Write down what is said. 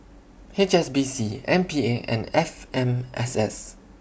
H S B C M P A and F M S S